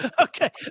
Okay